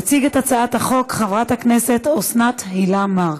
תציג את הצעת החוק חברת הכנסת אוסנת הילה מארק,